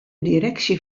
direksje